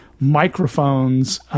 microphones